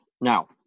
Now